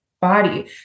body